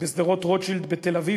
בשדרות-רוטשילד בתל-אביב,